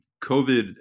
COVID